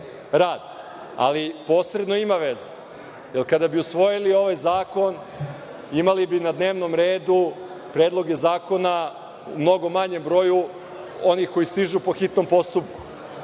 ali posredno ima veze, jer kada bismo usvojili ovaj zakon, imali bismo na dnevnom redu predloge zakona u mnogo manjem broju onih koji stižu po hitnom postupku